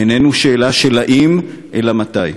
איננו שאלה של האם אלא של מתי.